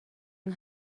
yng